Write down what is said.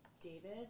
David